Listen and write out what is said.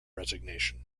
resignation